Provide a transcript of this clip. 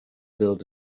build